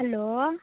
hello